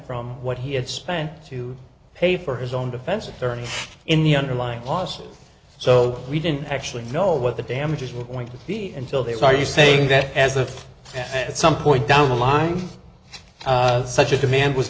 from what he had spent to pay for his own defense attorney in the underlying lawsuit so we didn't actually know what the damages were going to be and still they are you saying that as of yet at some point down the line such a demand was